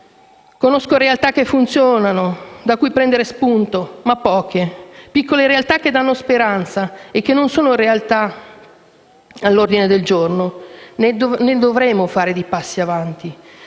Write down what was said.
Conosco realtà che funzionano, da cui prendere spunto, ma sono poche. Sono piccole realtà che danno speranza e che non sono realtà all'ordine del giorno. Ne dovremo fare di passi avanti.